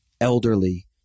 elderly